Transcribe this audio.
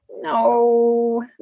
no